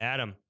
Adam